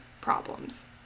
problems